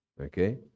Okay